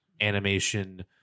animation